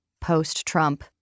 post-Trump